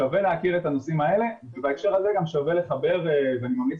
שווה להכיר את הנושאים האלה ובהקשר הזה גם שווה לחבר ואני ממליץ